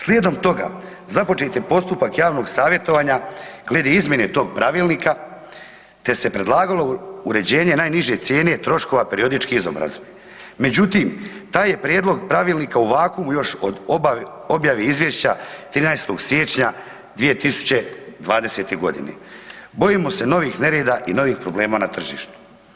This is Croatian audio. Slijedom toga započet je postupak javnog savjetovanja glede izmjene tog pravilnika te se predlagalo uređenje najniže cijene troškova periodičke izobrazbe, međutim taj je prijedlog pravilnika u vakuumu još od objave izvješća 13. siječnja 2020.g. Bojimo se novih nereda i novih problema na tržištu.